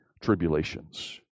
tribulations